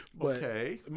Okay